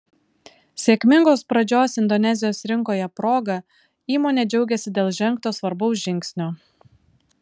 sėkmingos pradžios indonezijos rinkoje proga įmonė džiaugiasi dėl žengto svarbaus žingsnio